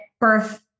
birth